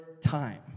time